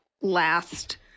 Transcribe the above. last